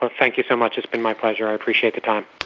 but thank you so much, it's been my pleasure, i appreciate the time.